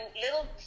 little